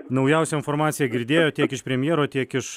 naujausią informaciją girdėjot tiek iš premjero tiek iš